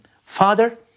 Father